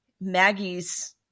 Maggie's